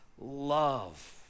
love